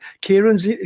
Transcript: Kieran's